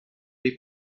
dei